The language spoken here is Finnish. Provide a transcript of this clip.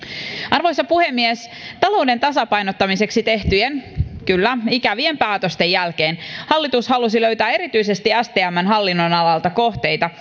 arvoisa puhemies talouden tasapainottamiseksi tehtyjen kyllä ikävien päätösten jälkeen hallitus halusi löytää erityisesti stmn hallinnonalalta kohteita